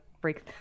break